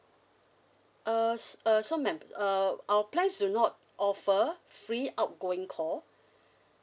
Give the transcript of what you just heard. uh s~ uh so madam uh our plans do not offer free outgoing call